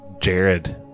jared